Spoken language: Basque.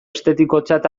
estetikotzat